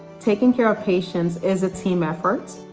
taking care of patients is a team effort.